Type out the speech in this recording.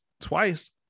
twice